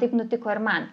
taip nutiko ir man